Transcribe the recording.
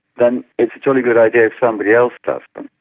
then it's a jolly good idea if somebody else does them.